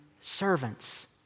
servants